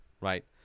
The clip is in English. Right